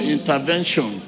Intervention